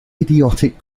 idiotic